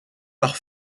pare